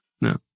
no